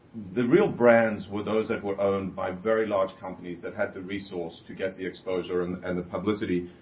the real brands were those that were owned by very large companies that had the resource to get the exposure and the, and the publicity.